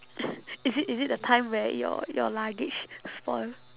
is it is it the time where your your luggage spoil